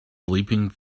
leaping